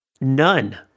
None